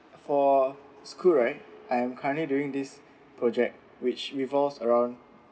for school right I am currently doing this project which revolves around